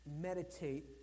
meditate